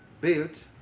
built